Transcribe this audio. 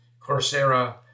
Coursera